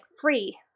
free